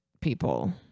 people